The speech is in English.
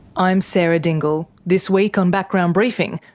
i'm sarah dingle. this week on background briefing,